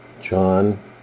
John